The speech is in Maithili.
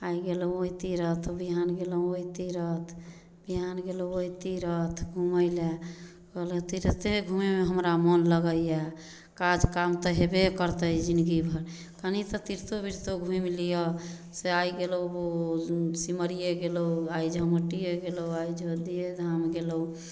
आइ गेलहुँ ओइ तीरथ बिहान गेलहुँ ओहि तीरथ बिहान गेलहुँ ओहि तीरथ घुमैलए कहलहुँ तीरथे घुमैमे हमरा मोन लगैए काज काम तऽ हेबे करतै जिनगीभरि कनि तऽ तिरथो बिरथो घुमि लिअऽ से आइ गेलहुँ ओ सिमरिये गेलहुँ आइ झमटिये गेलहुँ आइ झमटियेधाम गेलहुँ